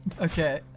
Okay